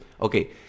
Okay